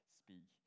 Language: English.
speak